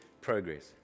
progress